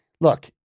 look